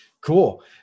Cool